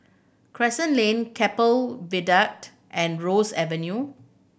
Crescent Lane Keppel Viaduct and Ross Avenue